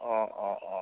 অ' অ' অ' অ'